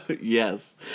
Yes